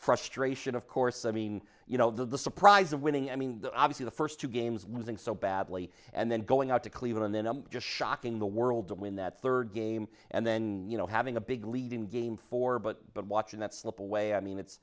frustration of course i mean you know the surprise of winning i mean obviously the first two games were missing so badly and then going out to cleveland then i'm just shocking the world to win that third game and then you know having a big lead in game four but but watching that slip away i mean it's